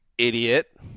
Idiot